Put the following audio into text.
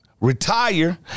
retire